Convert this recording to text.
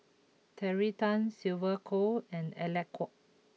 Terry Tan Sylvia Kho and Alec Kuok